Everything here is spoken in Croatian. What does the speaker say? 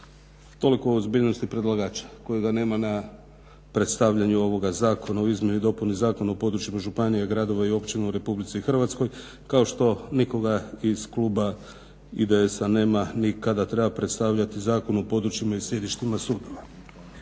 toliko o ozbiljnosti predlagača kojega nema na predstavljanju ovoga zakona o izmjeni i dopuni Zakona o područjima županija, gradova i općina u Republici Hrvatskoj kao što nikoga iz kluba IDS-a nema ni kada treba predstavljati Zakon o područjima i sjedištima sudova.